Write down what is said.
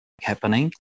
happening